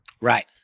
right